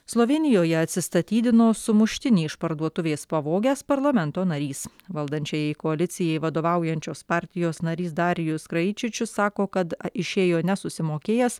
slovėnijoje atsistatydino sumuštinį iš parduotuvės pavogęs parlamento narys valdančiajai koalicijai vadovaujančios partijos narys darijus kraičičius sako kad išėjo nesusimokėjęs